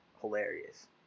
hilarious